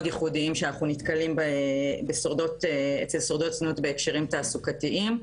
ייחודים שאנחנו נתקלים אצל שורדות זנות בהקשרים תעסוקתיים.